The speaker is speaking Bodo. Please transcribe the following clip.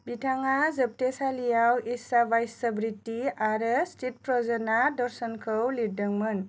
बिथाङा जोबथेसालियाव इशावास्यवृत्ति आरो स्थितप्रजना दर्शनखौ लिरदोंमोन